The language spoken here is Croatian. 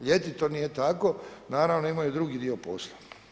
Ljeti to nije tako, naravno imaju i drugi dio posla.